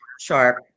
sharp